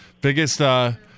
biggest